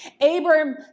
Abram